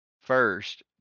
first